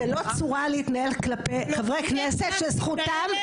זאת לא צורה להתנהג כלפי חברי כנסת שזכותם